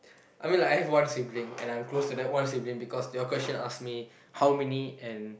I mean like I have one sibling and I'm close to that one sibling because your question ask me how many and